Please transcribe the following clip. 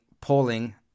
polling